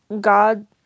God